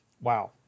Wow